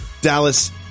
Dallas